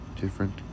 different